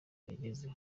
rigeze